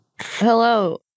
hello